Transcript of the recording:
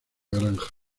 granja